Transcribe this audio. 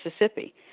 mississippi